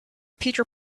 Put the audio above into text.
peter